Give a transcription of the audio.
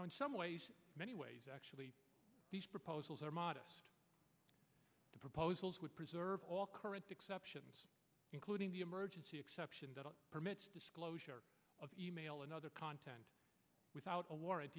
how in some ways many ways actually these proposals are modest proposals would preserve all current exceptions including the emergency exception that permits disclosure of e mail and other content without a warrant